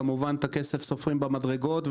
כמובן את הכסף סופרים במדרגות.